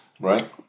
Right